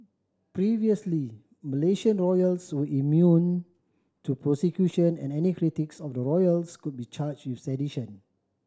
previously Malaysian royals were immune to prosecution and any critics of the royals could be charged with sedition